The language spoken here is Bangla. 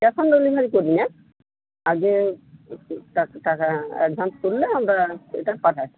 ক্যাশ অন ডেলিভারি করি না আগে টাকা অ্যাডভান্স করলে আমরা এটা পাঠাই